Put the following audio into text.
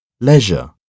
Leisure